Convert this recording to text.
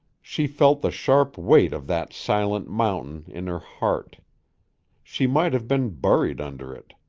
she felt the sharp weight of that silent mountain in her heart she might have been buried under it.